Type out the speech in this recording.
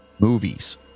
movies